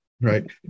Right